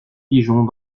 pigeons